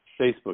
Facebook